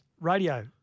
Radio